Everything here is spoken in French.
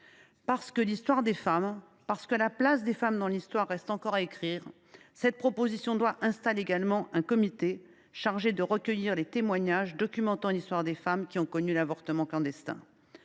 Parce que l’histoire des femmes et la place des femmes dans l’Histoire restent encore à écrire, cette proposition de loi installe également un comité chargé de recueillir les témoignages afin de documenter l’histoire des femmes qui ont connu l’avortement clandestin.